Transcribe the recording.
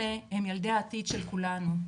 אלה הם ילדי העתיד של כולנו.